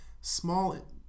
small